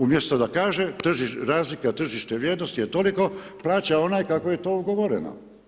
Umjesto da kaže razlika tržišne vrijednosti je toliko, plaća onaj kako je to ugovoreno.